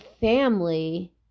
family